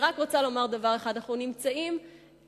אני רק רוצה לומר דבר אחד: אנחנו נמצאים ערב